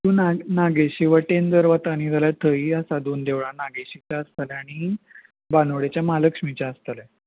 तूं नागेशी वटेन जर वता न्ही जाल्यार थंय आसा दोन देवळां नागेशीचे आसतलें आनी बांदोडेच्या म्हालक्ष्मीचें आसतलें